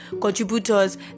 contributors